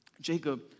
Jacob